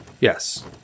Yes